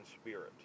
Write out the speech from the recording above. spirit